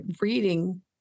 reading